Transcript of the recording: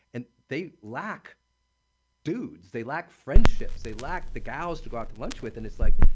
and they lack dudes, they lack friendships, they lack the gals to go out to lunch with. and it's like,